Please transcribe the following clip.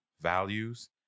values